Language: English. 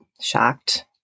shocked